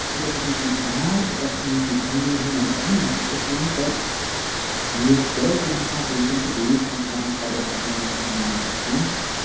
it doesn't mean she's bad. it doesn't mean she's only her mental illness. it just means that you were scared and you had reason to be and you're having trouble coping with it now. and that makes sense.